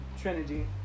trinity